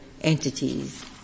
entities